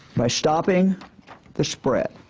by stopping the spread,